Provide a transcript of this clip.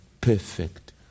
perfect